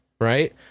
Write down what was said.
Right